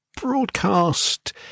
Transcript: broadcast